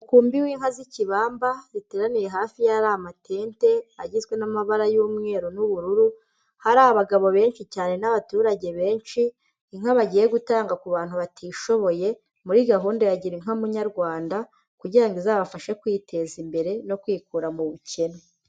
Umukumbi w'inka z'ikibamba, ziteraniye hafi y'ahari amatente agizwe n'amabara y'umweru n'ubururu, hari abagabo benshi cyane n'abaturage benshi, inka bagiye gutanga ku bantu batishoboye muri gahunda ya Girinka Munyarwanda kugira ngo izabafashe kwiteza imbere no kwikura mu bukene.